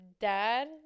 dad